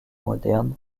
modernes